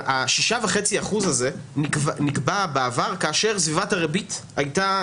ה-6.5 אחוזים האלה נקבעו בעבר כאשר סביבת הריבית הייתה